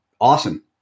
awesome